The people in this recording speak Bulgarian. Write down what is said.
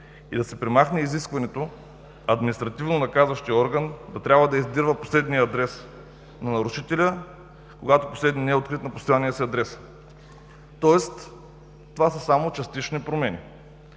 и да се премахне изискването административно-наказващият орган да издирва последния адрес на нарушителя, когато последният не е открит на постоянния си адрес. Тоест това са само частични промени.